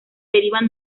derivan